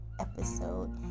episode